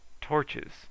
Torches